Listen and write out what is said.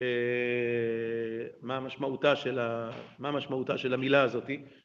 אה..מה משמעותה של ה.. מה משמעותה של המילה הזאתי?